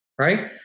right